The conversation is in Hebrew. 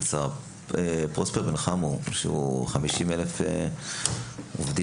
פרוספר בן חמו שמייצג 50,000 עובדים.